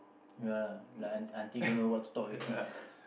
ya lah like auntie auntie don't know what to talk already